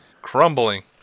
Crumbling